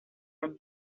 año